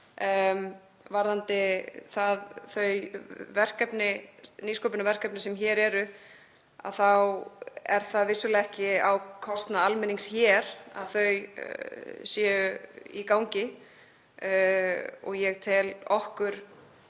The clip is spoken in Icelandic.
Varðandi þau nýsköpunarverkefni sem hér eru þá er það vissulega ekki á kostnað almennings hér að þau séu í gangi og ég tel okkur